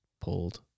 pulled